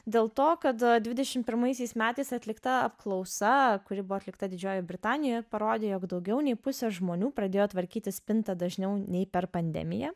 dėl to kad dvidešim pirmaisiais metais atlikta apklausa kuri buvo atlikta didžiojoj britanijoj parodė jog daugiau nei pusė žmonių pradėjo tvarkyti spintą dažniau nei per pandemiją